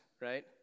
right